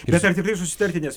bet ar tikrai susitarti nes